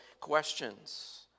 questions